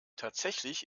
tatsächlich